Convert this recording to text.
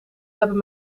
hebben